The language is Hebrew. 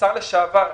השר לשעבר,